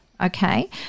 okay